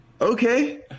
okay